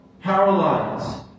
paralyzed